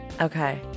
Okay